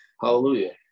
Hallelujah